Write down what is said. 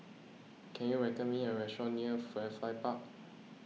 can you reckon me a restaurant near Firefly Park